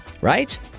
Right